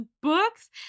books